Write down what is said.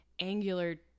angular